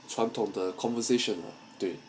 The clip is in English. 传统的 conversation